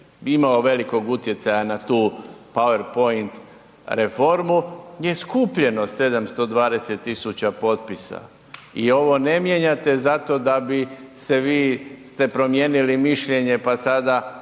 imao velikog utjecaja na tu PowerPoint reformu je skupljeno 720 000 potpisa i ovo ne mijenjate zato da ste vi promijenili mišljenje pa sada